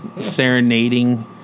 serenading